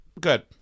good